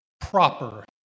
proper